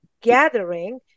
gathering